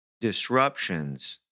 disruptions